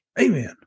Amen